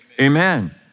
Amen